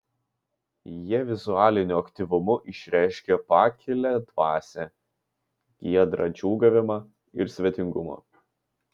jie vizualiniu aktyvumu išreiškė pakilią dvasią giedrą džiūgavimą ir svetingumą